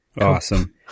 Awesome